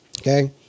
Okay